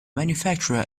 manufacturer